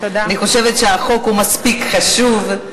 אני חושבת שהחוק הוא מספיק חשוב.